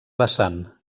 vessant